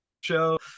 show